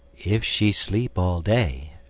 if she sleep all day,